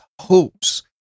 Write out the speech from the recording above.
hopes